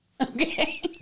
Okay